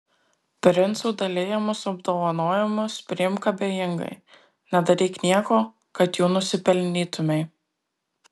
princų dalijamus apdovanojimus priimk abejingai nedaryk nieko kad jų nusipelnytumei